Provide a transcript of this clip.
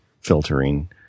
filtering